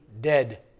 dead